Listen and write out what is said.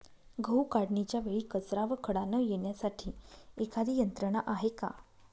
गहू काढणीच्या वेळी कचरा व खडा न येण्यासाठी एखादी यंत्रणा आहे का?